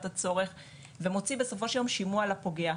הצורך ומוציא בסופו של יום שימוע לפוגע.